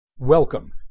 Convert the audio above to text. welcome